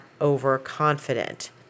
overconfident